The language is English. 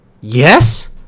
Yes